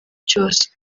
cyose